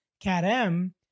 CAT-M